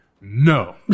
No